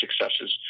successes